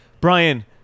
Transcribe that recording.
Brian